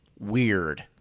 weird